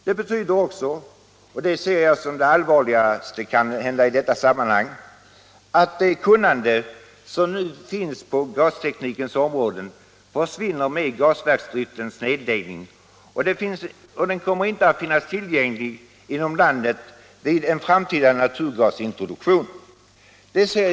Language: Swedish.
Det betyder också — och det ser jag som det kanske allvarligaste i detta sammanhang -— att det kunnande som nu finns på gasteknikens område försvinner i och med att gasverksdriften läggs ned. Detta kunnande kommer i så fall inte att finnas tillgängligt inom landet vid en framtida naturgasintroduktion.